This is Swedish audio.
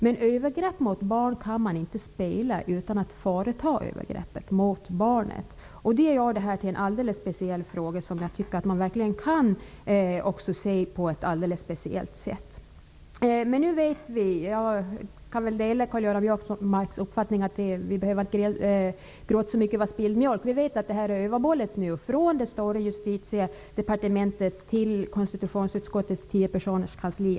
Men övergrepp mot barn kan man inte spela utan att företa övergreppet mot barnet. Det gör det här till en alldeles speciell fråga, som jag tycker att man verkligen kan se på ett alldeles speciellt sätt. Jag kan dela Karl-Göran Biörsmarks uppfattning att vi inte behöver gråta så mycket över spilld mjölk. Vi vet att frågan nu är överbollad från det stora Justitiedepartementet till konstitutionsutskottets kansli på tio personer.